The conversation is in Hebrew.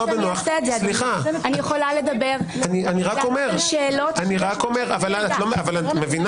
בצדק את מרגישה שלא בנוח, אבל כשאני אשאל